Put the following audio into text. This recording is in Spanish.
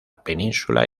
península